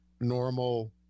normal